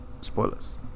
spoilers